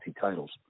titles